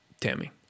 Tammy